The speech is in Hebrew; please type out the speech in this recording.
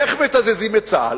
איך מתזזים את צה"ל?